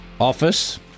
office